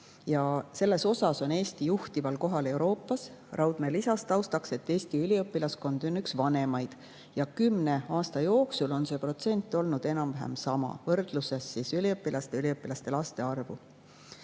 Sellega on Eesti juhtival kohal Euroopas. Raudmäe lisas taustaks, et Eesti üliõpilaskond on üks vanemaid ja 10 aasta jooksul on see protsent olnud enam-vähem sama, pean silmas üliõpilaste ja üliõpilaste laste